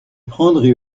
prendrai